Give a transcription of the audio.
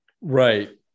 Right